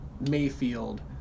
Mayfield